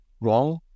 wrong